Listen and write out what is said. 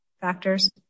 factors